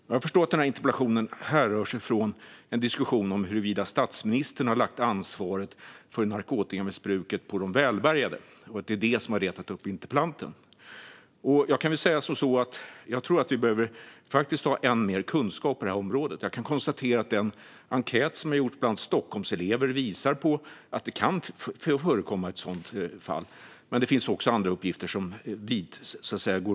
Jag förstår att denna interpellation härrör från en diskussion om huruvida statsministern har lagt ansvaret för narkotikamissbruket på de välbärgade och att det är det som har retat upp interpellanten. Jag tror att vi behöver ha ännu mer kunskap på det här området.